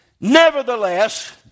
Nevertheless